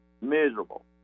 Miserable